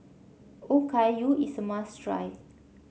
okayu is a must try